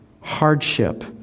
hardship